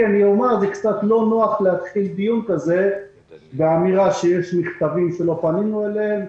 קצת לא נוח להתחיל דיון באמירה שיש מכתבים שלא פנינו אליהם.